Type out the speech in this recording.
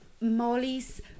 molly's